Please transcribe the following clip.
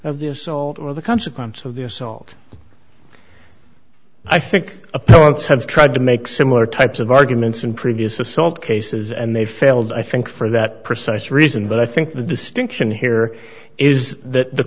of the assault or the consequence of the assault i think opponents have tried to make similar types of arguments in previous assault cases and they failed i think for that precise reason but i think the distinction here is that the